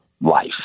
life